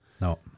No